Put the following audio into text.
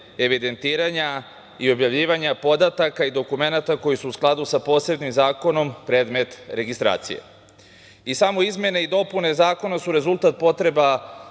evidentiranja i objavljivanja podataka i dokumenata koji su u skladu sa posebnim zakonom predmet registracije. Samo izmene i dopune zakona su rezultat potreba